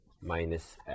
minus